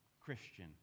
Christian